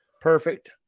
Perfect